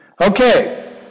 Okay